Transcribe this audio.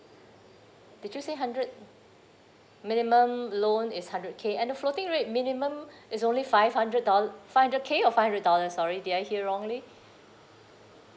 did you say hundred minimum loan is hundred K and the floating rate minimum is only five hundred do~ five hundred K or five hundred dollars sorry did I hear wrongly